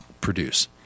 produce